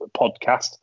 podcast